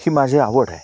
ही माझी आवड आहे